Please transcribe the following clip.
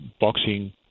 boxing